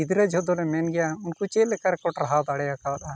ᱜᱤᱫᱽᱨᱟᱹ ᱡᱚᱦᱚᱜ ᱫᱚᱞᱮ ᱢᱮᱱᱜᱮᱭᱟ ᱩᱱᱠᱩ ᱪᱮᱫ ᱞᱮᱠᱟ ᱨᱮᱠᱚ ᱴᱟᱨᱦᱟᱣ ᱫᱟᱲᱮᱣ ᱠᱟᱣᱟᱫᱟ